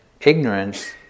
ignorance